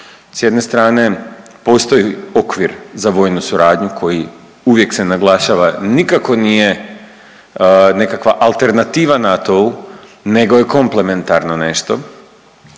s jedne strane postoji okvir za vojnu suradnju koji uvijek se naglašava, nikako nije nekakva alternativa NATO-u nego je komplementarno nešto,